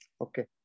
okay